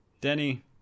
Denny